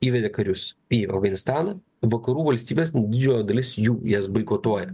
įvedė karius į afganistaną vakarų valstybės didžioji dalis jų jas boikotuoja